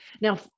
Now